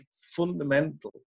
fundamental